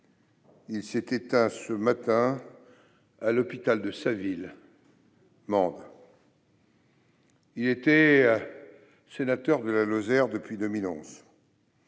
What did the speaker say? Il s'est éteint ce matin à l'hôpital de sa ville de Mende. Il était sénateur de la Lozère depuis 2011.